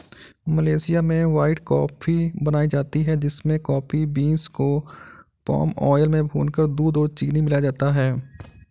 Malaysia में white coffee बनाई जाती है जिसमें कॉफी बींस को पाम आयल में भूनकर दूध और चीनी मिलाया जाता है